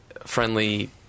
friendly